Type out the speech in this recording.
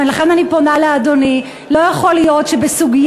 ולכן אני פונה לאדוני: לא יכול להיות שבסוגיה